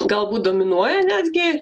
galbūt dominuoja netgi